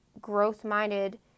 growth-minded